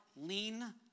lean